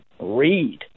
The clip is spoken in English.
read